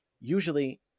usually